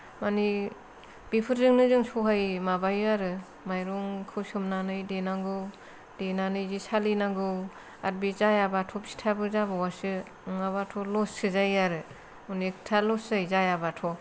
माने बेफोरजोंनो जों सहाय माबायो आरो माइरंखौ सोमनानै देनांगौ देनानै जे सालिनांगौ आरो बे जायाबाथ' फिथायाबो जाबावासो नङाबाथ' लस सो जायो आरो अनेखथा लस जायो जायाबाथ'